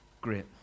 Great